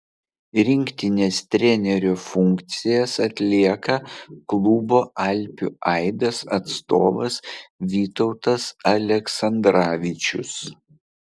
rinktinės trenerio funkcijas atlieka klubo alpių aidas atstovas vytautas aleksandravičius